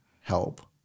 help